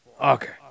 Okay